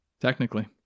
Technically